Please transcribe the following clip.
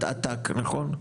את את"ק נכון?